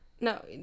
No